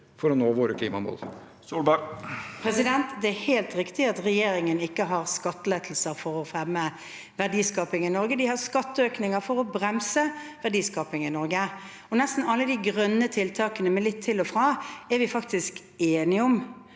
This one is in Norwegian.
for å nå våre klimamål. Erna Solberg (H) Det er helt riktig at re- gjeringen ikke har skattelettelser for å fremme verdiskaping i Norge. De har skatteøkninger for å bremse verdiskaping i Norge. Nesten alle de grønne tiltakene – med litt til og fra – er vi faktisk enige om.